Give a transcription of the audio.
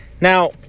Now